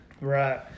Right